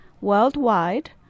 worldwide